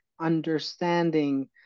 understanding